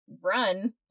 run